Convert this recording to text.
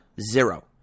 Zero